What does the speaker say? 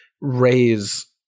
raise